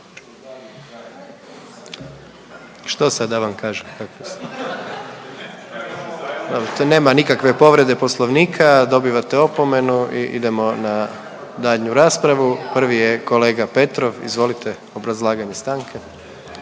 Što sad da vam kažem? Dobro, to nema nikakve povrede Poslovnika, dobivate opomenu i idemo na daljnju raspravu. Prvi je kolega Petrov, izvolite, obrazlaganje stanke.